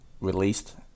released